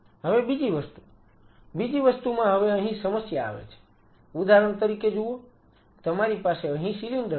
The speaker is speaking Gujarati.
હવે બીજી વસ્તુ બીજી વસ્તુમાં હવે અહીં સમસ્યા આવે છે ઉદાહરણ તરીકે જુઓ તમારી પાસે અહીં સિલિન્ડર છે